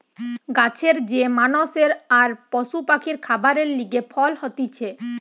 গাছের যে মানষের আর পশু পাখির খাবারের লিগে ফল হতিছে